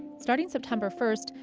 starting september first,